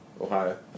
Ohio